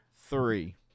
three